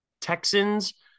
Texans